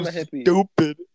stupid